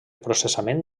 processament